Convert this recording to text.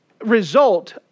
result